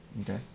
Okay